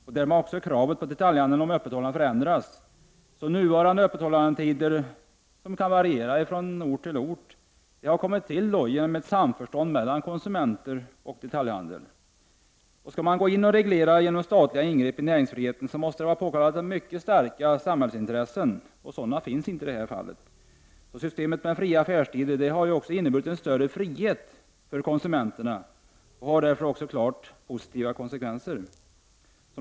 Därmed har också kraven på detaljhandeln om öppethållande förändrats. Så nuvarande öppethållandetider, som kan variera från ort till ort, har kommit till genom ett samförstånd mellan konsumenter och detaljhandeln. Skall man gå in och reglera genom statliga ingrepp i näringsfriheten, måste detta vara påkallat av starka samhällsintressen. Sådana finns inte i det här fallet. Systemet med fria affärstider har också inneburit en större frihet för konsumenterna och har därför klart positiva konsekvenser.